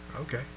okay